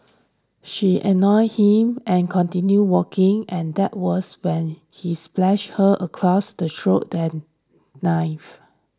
she ignored him and continued walking and that was when he slashed her across the throat the knife